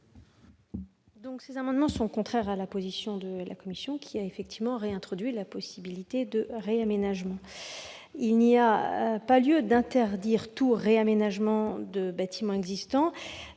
? Ces amendements sont contraires à la position de la commission, qui a réintroduit dans le texte la possibilité de réaménagements ; il n'y a pas lieu d'interdire tout réaménagement d'un bâtiment existant.